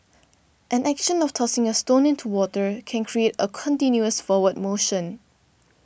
an action of tossing a stone into water can create a continuous forward motion